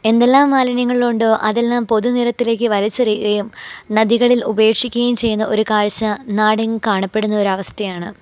എന്തെല്ലാം മാലിന്യങ്ങളൊണ്ടോ അതെല്ലാം പൊതുനിരത്തിലേക്ക് വലിച്ചെറിയുകയും നദികളിൽ ഉപേക്ഷിക്കുകയും ചെയ്യുന്ന ഒര് കാഴ്ച്ച നാടെങ്ങും കാണപ്പെടുന്ന ഒരവസ്ഥയാണ്